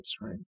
right